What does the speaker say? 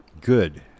good